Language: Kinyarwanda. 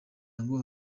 ngo